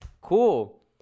cool